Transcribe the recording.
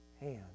hand